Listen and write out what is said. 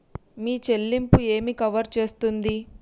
మీ చెల్లింపు ఏమి కవర్ చేస్తుంది?